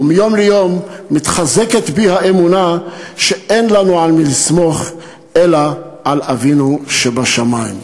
ומיום ליום מתחזקת בי האמונה שאין לנו על מי לסמוך אלא על אבינו שבשמים.